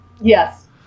Yes